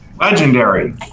Legendary